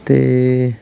ਅਤੇ